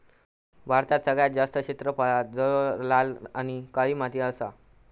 भारतात सगळ्यात जास्त क्षेत्रफळांत जलोळ, लाल आणि काळी माती असा